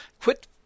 quit